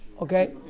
Okay